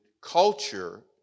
culture